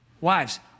Wives